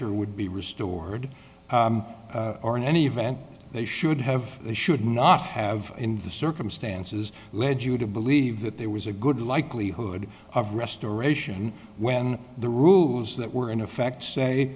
ture would be restored or in any event they should have should not have in the circumstances led you to believe that there was a good likelihood of restoration when the rules that were in effect say